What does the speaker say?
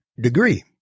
degree